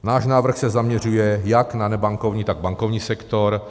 Náš návrh se zaměřuje jak na nebankovní, tak bankovní sektor.